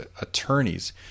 attorneys